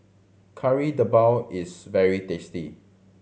Kari Debal is very tasty